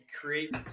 create